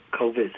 COVID